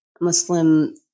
Muslim